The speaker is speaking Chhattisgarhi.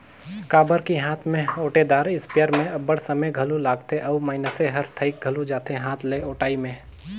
काबर कि हांथ में ओंटेदार इस्पेयर में अब्बड़ समे घलो लागथे अउ मइनसे हर थइक घलो जाथे हांथ ले ओंटई में